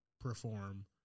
perform